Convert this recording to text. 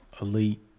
Elite